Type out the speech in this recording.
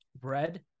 bread